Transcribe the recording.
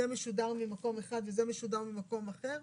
זה משודר ממקום אחד וזה משודר ממקום אחר,